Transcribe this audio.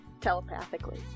Telepathically